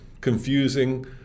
confusing